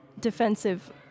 defensive